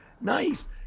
Nice